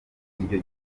iryo